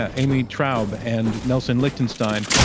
ah amy traub and nelson lichtenstein,